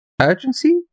urgency